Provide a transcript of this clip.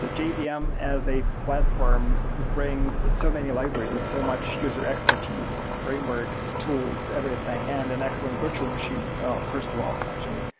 jvm yeah um as a platform brings so many libraries, so much user expertise, framework, so tools, everything, and an excellent virtual machine first of all actually.